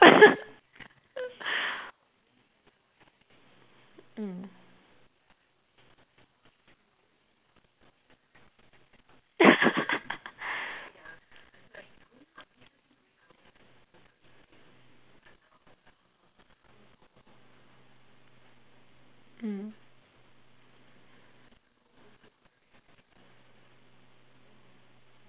mm mm